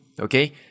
okay